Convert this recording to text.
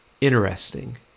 interesting